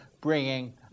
bringing